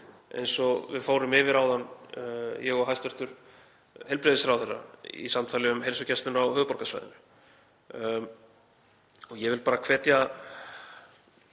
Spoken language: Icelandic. eins og við fórum yfir áðan, ég og hæstv. heilbrigðisráðherra, í samtali um heilsugæsluna á höfuðborgarsvæðinu. Ég vil bara hvetja